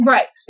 Right